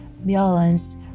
Violence